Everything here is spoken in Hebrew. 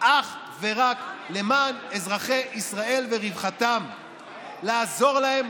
אך ורק למען אזרחי ישראל ורווחתם ולעזור להם